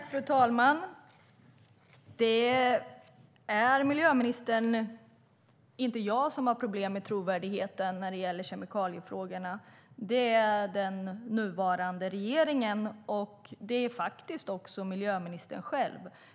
Fru talman! Det är miljöministern, inte jag, som har problem med trovärdigheten när det gäller kemikaliefrågorna. Detta gäller den nuvarande regeringen och miljöministern själv.